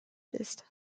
ist